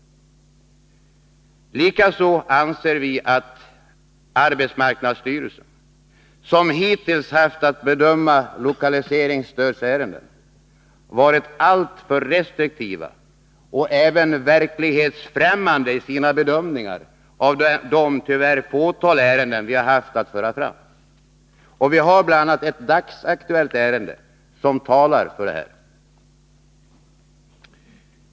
Likaså anser vi att arbetsmarknadsstyrelsen, som hittills haft att bedöma lokaliseringsstödsärenden, varit alltför restriktiv och även verklighetsfrämmande i sina bedömningar av de — tyvärr — fåtal ärenden vi haft att föra fram. Vi har bl.a. ett dagsaktuellt ärende som talar för detta.